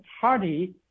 Party